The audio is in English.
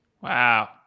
Wow